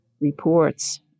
reports